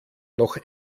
noch